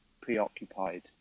preoccupied